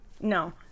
No